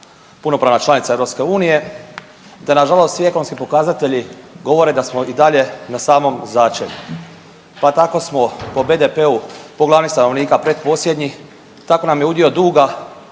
punopravna članica EU te nažalost svi ekonomski pokazatelji govore da smo i dalje na samom začelju. Pa tako smo po BDP-u po glavi stanovnika pretposljednji, tako nam je udio duga